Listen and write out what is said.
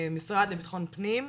המשרד לביטחון פנים,